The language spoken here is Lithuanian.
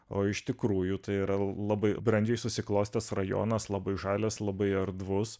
o iš tikrųjų tai yra labai brandžiai susiklostęs rajonas labai žalias labai erdvus